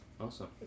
awesome